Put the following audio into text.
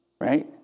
Right